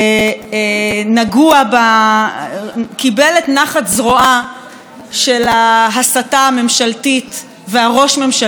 קיבל את נחת זרועה של ההסתה הממשלתית והראש-ממשלתית לאחרונה.